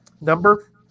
Number